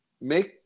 make